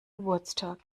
geburtstag